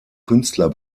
künstler